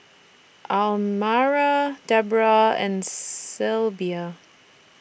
Almyra Debroah and Sybilla